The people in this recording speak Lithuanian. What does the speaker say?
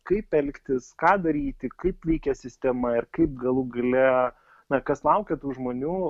kaip elgtis ką daryti kaip veikia sistema ir kaip galų gale na kas laukia tų žmonių